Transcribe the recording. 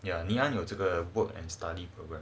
ya ngee ann 有这个 work and study program